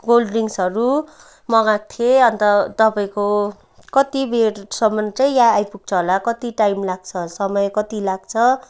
cold ड्रिङ्क्सहरू मगाएको थिएँ अन्त तपाईँको कति बेरसम्म चाहिँ यहाँ आइपुग्छ होला कति टाइम लाग्छ समय कति लाग्छ